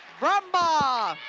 brumbaugh.